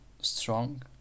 strong